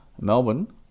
Melbourne